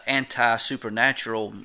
anti-supernatural